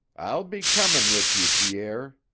i'll be comin' with you, pierre,